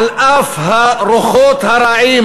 על אף הרוחות הרעות